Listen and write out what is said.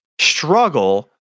struggle